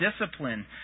discipline